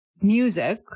music